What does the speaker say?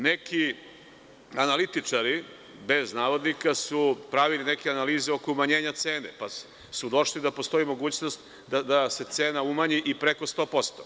Neki analitičari, bez navodnika, su pravili neke analize oko umanjenja cene, pa su došli da postoji mogućnost da se cena umanji i preko 100%